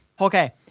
Okay